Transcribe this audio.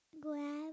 Grab